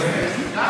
מוריד.